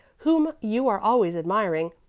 whom you are always admiring,